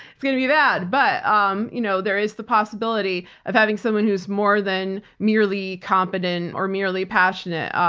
it's going to be bad. but um you know there is the possibility of having someone who is more than merely competent or merely passionate.